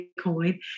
Bitcoin